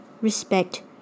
respect